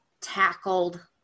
tackled